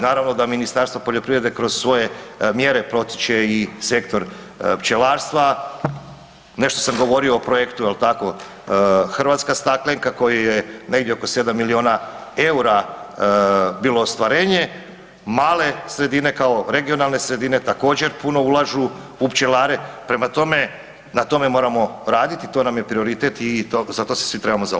Naravno da Ministarstvo poljoprivrede kroz svoje mjere protječe i sektor pčelarstva, nešto sam govorio o projektu jel tako, hrvatska staklenka kojoj je negdje oko 7 milijuna eura bilo ostvarenje, male sredine kao regionalne sredine, također puno ulažu u pčelare, prema tome, na tome moramo raditi, to nam je prioritet i za to se svi trebamo zalagati.